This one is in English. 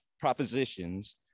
propositions